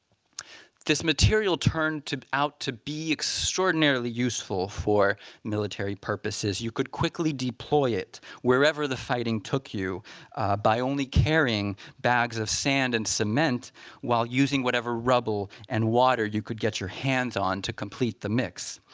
this material turned out to be extraordinarily useful for military purposes. you could quickly deploy it wherever the fighting took you by only carrying bags of sand and cement while using whatever rubble and water you could get your hands on to complete the mix.